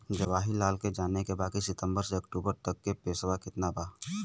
जवाहिर लाल के जाने के बा की सितंबर से अक्टूबर तक के पेसवा कितना बा?